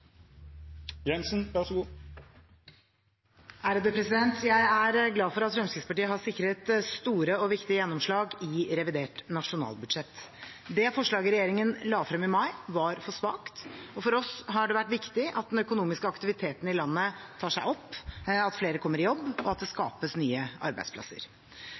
koronakrisen – så sier vi nei. Da er replikkordskiftet omme. Jeg er glad for at Fremskrittspartiet har sikret store og viktige gjennomslag i revidert nasjonalbudsjett. Det forslaget regjeringen la frem i mai, var for svakt. For oss har det vært viktig at den økonomiske aktiviteten i landet tar seg opp, at flere kommer i jobb, og at det skapes nye arbeidsplasser.